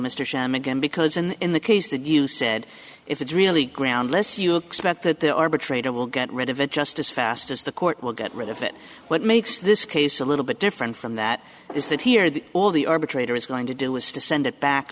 mr sham again because in the case that you said if it's really groundless you expect that the arbitrator will get rid of it just as fast as the court will get rid of it what makes this case a little bit different from that is that here that all the arbitrator is going to do is to send it back